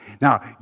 Now